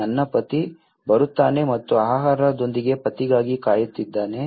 ನನ್ನ ಪತಿ ಬರುತ್ತಾನೆ ಮತ್ತು ಆಹಾರದೊಂದಿಗೆ ಪತಿಗಾಗಿ ಕಾಯುತ್ತಿದ್ದಾನೆ